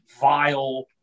vile